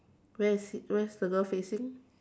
where is it where is the girl facing